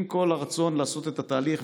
עם כל הרצון לעשות את התהליך.